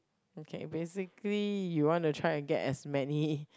okay basically you want to try to get as many